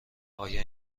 آیا